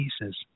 pieces